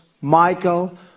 Michael